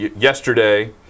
yesterday